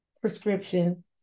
prescription